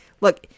look